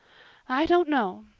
i don't know.